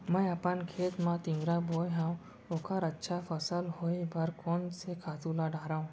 मैं अपन खेत मा तिंवरा बोये हव ओखर अच्छा फसल होये बर कोन से खातू ला डारव?